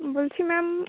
বলছি ম্যাম